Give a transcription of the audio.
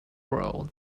world